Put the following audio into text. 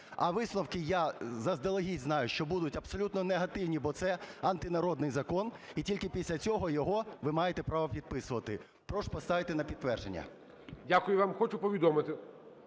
а висновки, я заздалегідь знаю, що будуть абсолютно негативні, бо це антинародний закон, і тільки після цього його ви маєте право підписувати. Прошу поставити на підтвердження. ГОЛОВУЮЧИЙ. Дякую вам. Хочу повідомити,